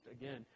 again